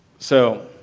so,